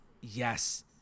yes